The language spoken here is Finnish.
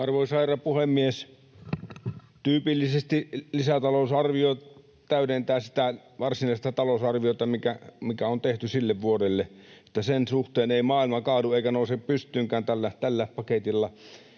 Arvoisa herra puhemies! Tyypillisesti lisätalousarvio täydentää sitä varsinaista talousarviota, mikä on tehty sille vuodelle, niin että sen suhteen ei maailma kaadu eikä nouse pystyynkään tällä paketilla.